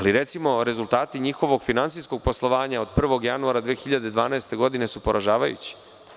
Recimo, rezultati njihovog finansijskog poslovanja od 1. januara 2012. godine su poražavajući.